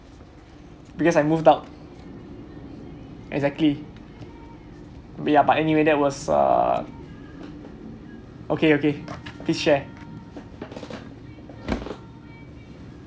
because I moved out exactly but anyway that was uh okay okay please share